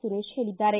ಸುರೇಶ್ ಹೇಳದ್ದಾರೆ